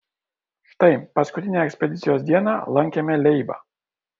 štai paskutinę ekspedicijos dieną lankėme leibą